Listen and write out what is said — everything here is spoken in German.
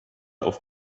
auf